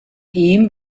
ihm